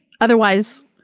Otherwise